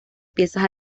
piezas